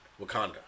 Wakanda